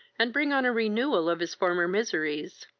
and bring on a renewal of his former miseries.